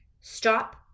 Stop